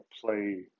play